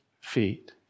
feet